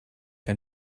ein